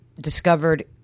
discovered